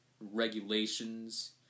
regulations